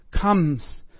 comes